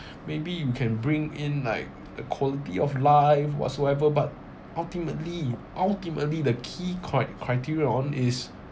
maybe you can bring in like the quality of life whatsoever but ultimately you ultimately the key crit~ criterion is